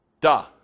Duh